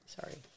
Sorry